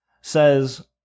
Says